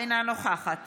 אינה נוכחת